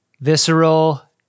visceral